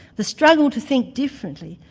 the struggle to think differently,